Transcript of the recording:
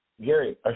Gary